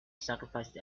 sacrificed